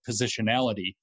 positionality